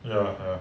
ya